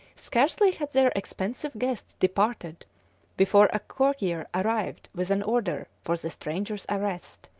scarcely had their expensive guest departed before a courier arrived with an order for the stranger's arrest,